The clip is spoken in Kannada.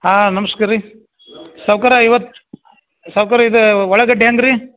ಹಾಂ ನಮ್ಸ್ಕಾರ ರೀ ಸಾವುಕಾರ ಇವತ್ತು ಸಾವುಕಾರ ಇದು ಉಳ್ಳಾಗಡ್ಡಿ ಏನು ರೀ